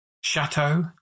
chateau